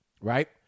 Right